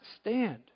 stand